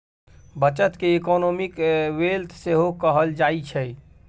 बचत केँ economic wealth सेहो कहल जाइ छै